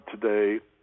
today